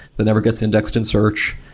that never gets indexed in search.